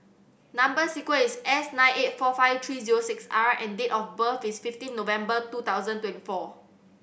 number sequence is S nine eight four five three zero six R and date of birth is fifteen November two thousand twenty four